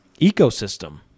ecosystem